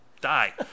die